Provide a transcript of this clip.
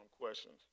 questions